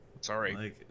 Sorry